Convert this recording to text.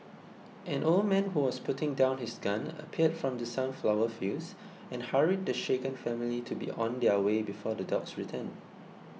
an old man who was putting down his gun appeared from the sunflower fields and hurried the shaken family to be on their way before the dogs return